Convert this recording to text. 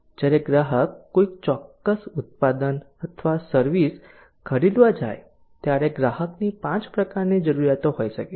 જ્યારે ગ્રાહક કોઈ ચોક્કસ ઉત્પાદન અથવા સર્વિસ ખરીદવા જાય ત્યારે ગ્રાહકની 5 પ્રકારની જરૂરિયાતો હોઈ શકે છે